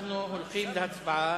הולכים להצבעה.